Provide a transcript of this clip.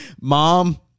Mom